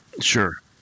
Sure